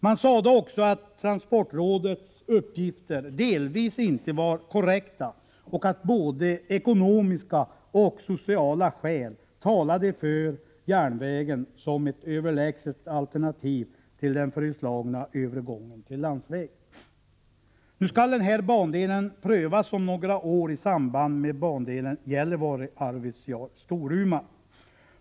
Man sade också att transportrådets uppgifter delvis inte var korrekta och att både ekonomiska och sociala skäl talade för järnvägen som överlägset alternativ till den föreslagna övergången till landsvägstrafik. Nu skall den här bandelen prövas om några år i samband med bandelen Gällivare-Arvidsjaur-Storuman.